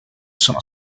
sono